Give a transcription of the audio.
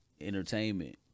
entertainment